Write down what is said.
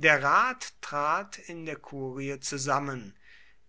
der rat trat in der kurie zusammen